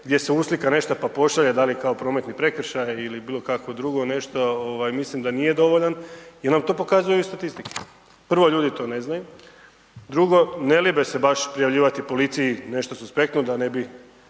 gdje se uslika nešto pa pošalje, da li kao prometni prekršaj ili bilo kako drugo nešto, mislim da nije dovoljan, jer nam to pokazuje i statistike. Prvo ljudi to ne znaju, drugo, ne libe se baš prijavljivati policiji nešto suspektno da ne bi